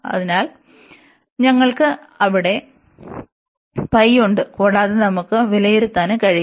അതിനാൽ ഞങ്ങൾക്ക് അവിടെ പൈ ഉണ്ട് കൂടാതെ നമുക്ക് വിലയിരുത്താനും കഴിയും